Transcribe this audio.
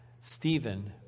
Stephen